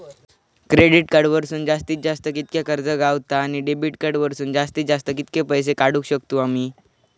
Credit card वरसून जास्तीत जास्त कितक्या कर्ज गावता, आणि डेबिट कार्ड वरसून जास्तीत जास्त कितके पैसे काढुक शकतू आम्ही?